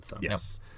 Yes